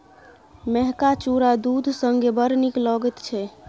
मेहका चुरा दूध संगे बड़ नीक लगैत छै